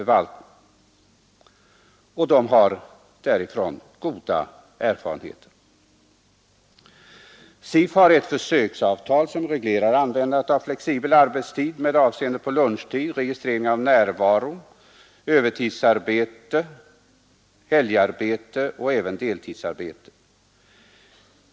Erfarenheterna därifrån är goda. SIF har ett försöksavtal som reglerar användandet av flexibel arbetstid med avseende på lunchtid, registrering av närvaro, övertidsarbete, helgarbete och deltidsarbete.